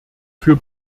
für